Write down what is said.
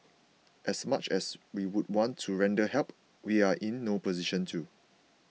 as much as we would want to render help we are in no position to